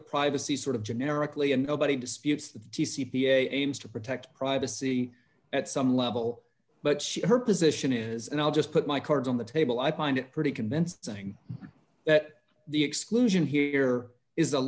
privacy sort of generically and nobody disputes that t c p aims to protect privacy at some level but she her position is and i'll just put my cards on the table i find it pretty convincing that the exclusion here is a